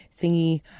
thingy